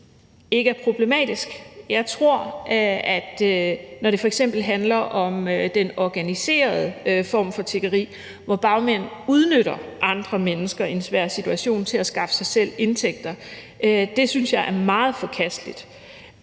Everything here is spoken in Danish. ikke er problematisk. Jeg synes, at det, når det f.eks. handler om den organiserede form for tiggeri, hvor bagmænd udnytter andre mennesker i en svær situation til at skaffe sig selv indtægter, er meget forkasteligt.